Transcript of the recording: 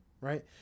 right